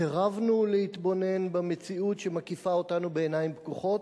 סירבנו להתבונן במציאות שמקיפה אותנו בעיניים פקוחות,